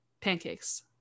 pancakes